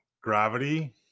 gravity